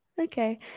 Okay